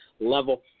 level